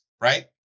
right